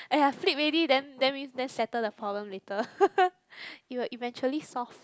!aiya! flip already then then then settle the problem later it will eventually solve